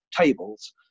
tables